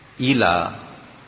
ila